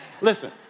listen